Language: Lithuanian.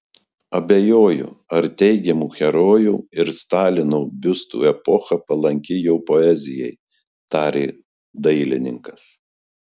abejoju ar teigiamų herojų ir stalino biustų epocha palanki jo poezijai tarė dailininkas